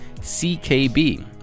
CKB